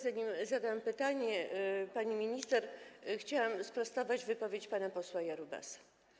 Zanim zadam pytanie, pani minister, chciałabym sprostować wypowiedź pana posła Jarubasa.